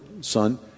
son